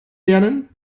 lernen